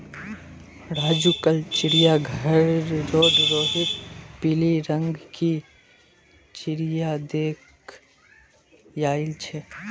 राजू कल चिड़ियाघर रोड रोहित पिली रंग गेर चिरया देख याईल छे